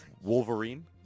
wolverine